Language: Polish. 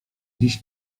dziś